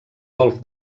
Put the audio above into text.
golf